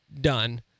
done